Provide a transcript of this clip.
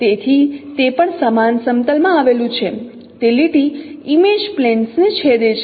તેથી તે પણ સમાન સમતલ માં આવેલું છે તે લીટી ઇમેજ પ્લેન્સ ને છેદે છે